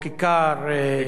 כיכר, מעגל תנועה.